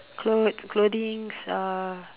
clothes clothing's